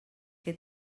que